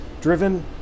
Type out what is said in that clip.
driven